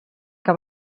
que